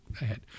ahead